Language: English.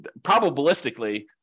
probabilistically